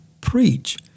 preach